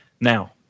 Now